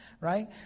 right